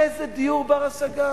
איזה דיור בר-השגה?